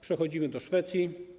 Przechodzimy do Szwecji.